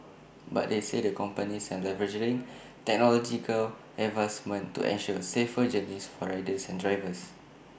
but they said the companies are leveraging technological advancements to ensure safer journeys for riders and drivers